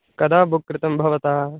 कदा बुक् कृतं भवता